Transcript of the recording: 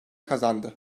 kazandı